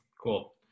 Cool